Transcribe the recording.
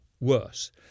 worse